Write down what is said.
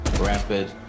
rapid